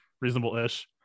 reasonable-ish